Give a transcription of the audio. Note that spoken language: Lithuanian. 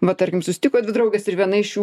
va tarkim susitiko dvi draugės ir viena iš jų